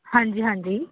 ਹਾਂਜੀ ਹਾਂਜੀ